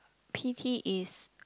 p_t is